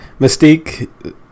mystique